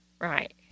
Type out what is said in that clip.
Right